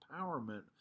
empowerment